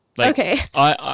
Okay